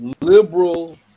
liberal